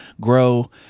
grow